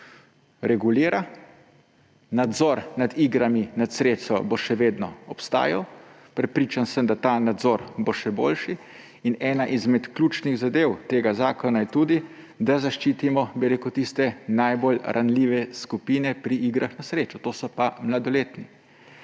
regulira, nadzor nad igrami na srečo bo še vedno obstajal, prepričan sem, da ta nadzor bo še boljši. In ena izmed ključnih zadev tega zakona je tudi, da zaščitimo tiste najbolj ranljive skupine pri igrah na srečo, to so pa mladoletni.